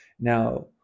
Now